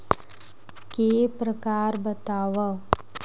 के प्रकार बतावव?